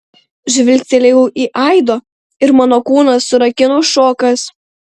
žvilgtelėjau į aido ir mano kūną surakino šokas